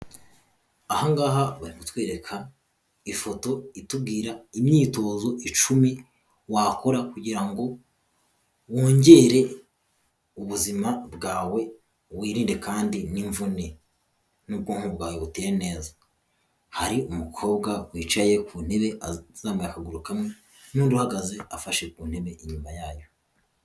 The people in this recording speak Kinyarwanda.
Ahangaha bari kutwereka ifoto itubwira imyitozo icumi wakora kugira ngo wongere ubuzima bwawe wirinde kandi nk'imvune n'ubwonko bwawe butere neza. Hari umukobwa wicaye ku ntebe azamuye akaguru kamwe n'undi uhagaze afashe ku ntebe inyuma yayo.